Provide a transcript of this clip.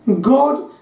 God